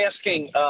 asking